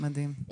מדהים.